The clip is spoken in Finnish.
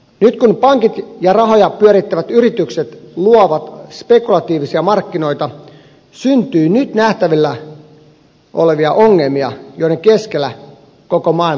nyt kun pankit ja rahoja pyörittävät yritykset luovat spekulatiivisia markkinoita syntyy nyt nähtävillä olevia ongelmia joiden keskellä koko maailma kamppailee